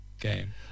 game